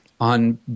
on